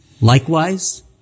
Likewise